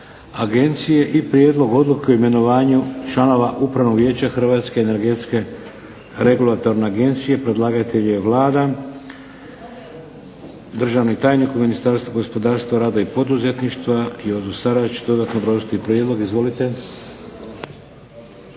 agencije - Prijedlog Odluke o imenovanju članova Upravnog vijeća Hrvatske energetske regulatorne agencije Predlagatelj Vlada. Državni tajnik u Ministarstvu gospodarstva, rada i poduzetništva Jozo Sarač će dodatno obrazložiti prijedlog. Izvolite.